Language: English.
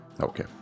Okay